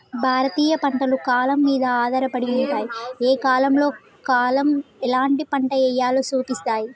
భారతీయ పంటలు కాలం మీద ఆధారపడి ఉంటాయి, ఏ కాలంలో కాలం ఎలాంటి పంట ఎయ్యాలో సూపిస్తాయి